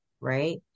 right